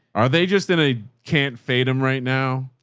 are they just in a can't fade them right now?